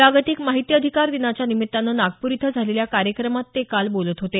जागतिक माहिती अधिकार दिनाच्या निमित्तानं नागपूर इथं झालेल्या कार्यक्रमात ते काल बोलत होते